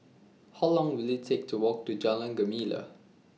How Long Will IT Take to Walk to Jalan Gemala